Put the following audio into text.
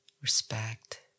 respect